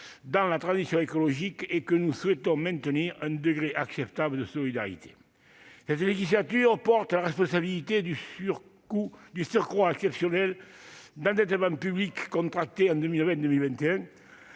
dans la transition énergétique et que nous souhaitons maintenir un degré acceptable de solidarité. Cette législature porte la responsabilité du surcroît exceptionnel d'endettement public contracté sur